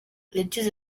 yagize